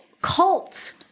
cult